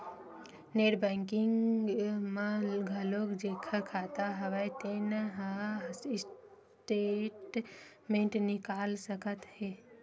net banking म घलोक जेखर खाता हव तेन ह स्टेटमेंट निकाल सकत हे